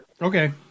Okay